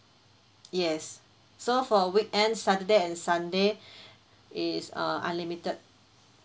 yes so for weekends saturday and sunday it's uh unlimited